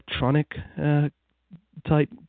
electronic-type